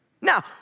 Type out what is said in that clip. Now